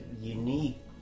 unique